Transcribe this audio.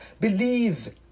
believe